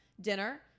dinner